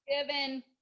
Given